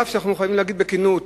אף שאנחנו יכולים להגיד בכנות